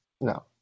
no